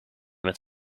met